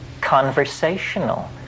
conversational